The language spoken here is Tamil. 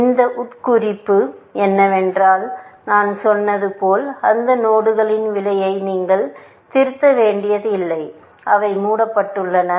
இதன் உட்குறிப்பு என்னவென்றால் நான் சொன்னது போல் அந்த நோடுகளின் விலையை நீங்கள் திருத்த வேண்டியதில்லை அவை மூடப்பட்டுள்ளன